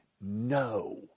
No